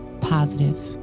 positive